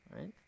right